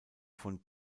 von